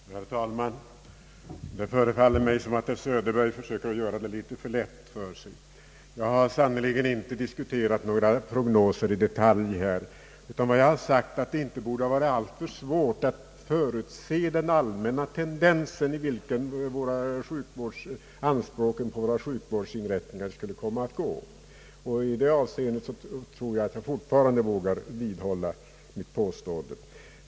Herr talman! Det förefaller mig som om herr Söderberg söker göra det väl lätt för sig. Jag har sannerligen inte här diskuterat några prognoser i detalj, utan vad jag har sagt är att det inte borde vara alltför svårt att förutse den allmänna tendens anspråken på våra sjukvårdsinrättningar skulle komma att få; och i det avseendet tror jag fortfarande att jag vågar vidhålla mitt påstående.